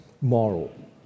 Moral